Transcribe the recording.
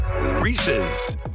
Reese's